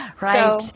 Right